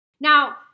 Now